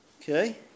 Okay